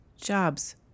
jobs